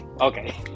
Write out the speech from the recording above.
okay